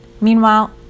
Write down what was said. Meanwhile